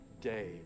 day